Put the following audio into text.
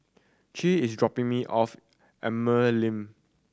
Che is dropping me off Emerald Link